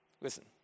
Listen